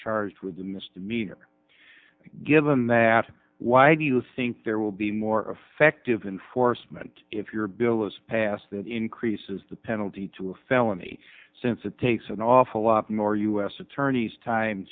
charged with a misdemeanor given that why do you think there will be more effective enforcement if your bill is passed that increases the penalty to a felony since it takes an awful lot more u s attorney's time